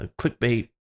clickbait